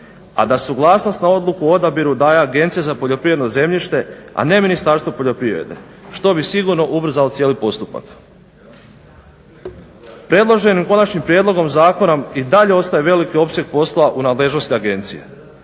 a da suglasnost na odluku o odabiru daje agencija za poljoprivredno zemljište, a ne Ministarstvo poljoprivrede što bi sigurno ubrzalo cijeli postupak. Predloženim konačnim prijedlogom zakona i dalje ostaje veliki opseg posla u nadležnosti agencije.